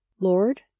Lord